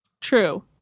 True